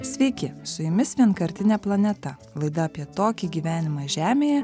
sveiki su jumis vienkartinė planeta laida apie tokį gyvenimą žemėje